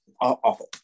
awful